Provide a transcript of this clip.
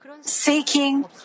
seeking